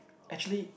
actually